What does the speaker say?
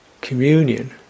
communion